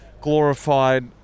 glorified